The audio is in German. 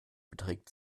beträgt